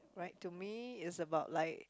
right to me it's about like